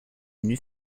nus